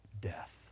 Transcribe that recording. death